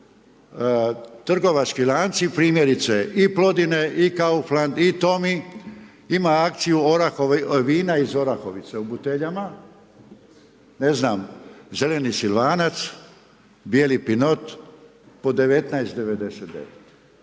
trgovački lanci primjerice i Plodine i Kaufland i Tommy ima akciju vina iz Orahovice u buteljama, ne znam, zeleni silvanac, bijeli pinot po 19,99,